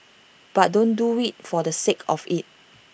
but don't do IT for the sake of IT